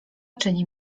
czyni